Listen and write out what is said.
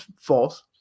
false